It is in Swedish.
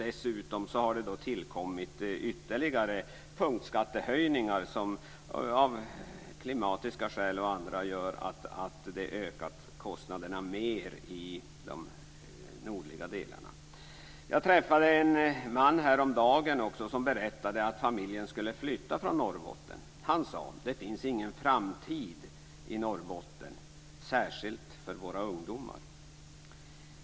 Dessutom har tillkommit ytterligare punktskattehöjningar som av klimatiska och andra skäl gör att kostnaderna ökat mer i de nordliga delarna. Jag träffade en man häromdagen som berättade att familjen skulle flytta från Norrbotten. Han sade: Det finns ingen framtid i Norrbotten, särskilt inte för våra ungdomar.